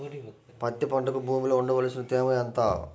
పత్తి పంటకు భూమిలో ఉండవలసిన తేమ ఎంత?